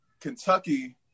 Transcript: Kentucky